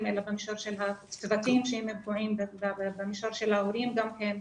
אלא במישור של --- במישור של ההורים גם כן,